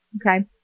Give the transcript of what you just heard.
Okay